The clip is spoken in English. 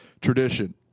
tradition